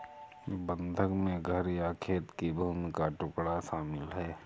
बंधक में घर या खेत की भूमि का टुकड़ा शामिल है